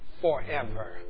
forever